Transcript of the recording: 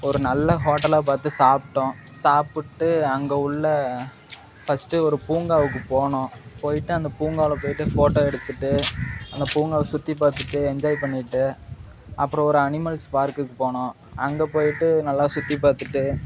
ஒரு நல்ல ஹோட்டலா பார்த்து சாப்பிட்டோம் சாப்பிட்டு அங்கே உள்ள ஃபஸ்ட்டு ஒரு பூங்காவுக்குப் போனோம் போய்ட்டு அந்தப் பூங்காவில போய்ட்டு ஃபோட்டோ எடுத்துட்டு அந்த பூங்காவை சுற்றி பார்த்துட்டு என்ஜாய் பண்ணிட்டு அப்புறம் ஒரு அனிமல்ஸ் பார்க்குக்குப் போனோம் அங்கே போய்ட்டு நல்லா சுற்றிப் பார்த்துட்டு